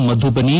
ಕ ಮಧುಬನಿ